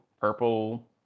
purple